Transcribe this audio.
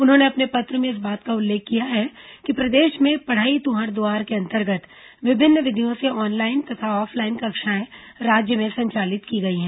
उन्होंने अपने पत्र में इस बात का उल्लेख किया है कि प्रदेश में पढ़ई तुंहर दुआर के अंतर्गत विभिन्न विधियों से ऑनलाइन और ऑफलाइन कक्षाएं राज्य में संचालित की गई हैं